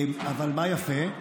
אבל מה יפה?